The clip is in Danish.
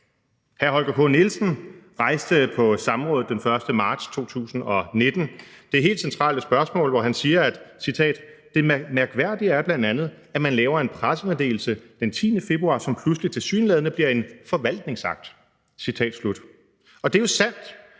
Hr. Holger K. Nielsen rejste på samrådet den 1. marts 2019 det helt centrale spørgsmål, hvor han siger, citat: Det mærkværdige er bl.a., at man laver en pressemeddelelse den 10. februar, som pludselig tilsyneladende bliver en forvaltningsakt. Citat slut. Og det er jo sandt,